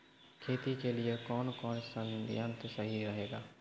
खेती के लिए कौन कौन संयंत्र सही रहेगा?